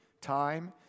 time